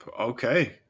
Okay